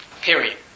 Period